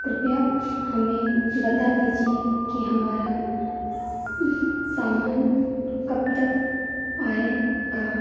कृपया हमें बता दीजिए कि हमारा सामान कब तक आएगा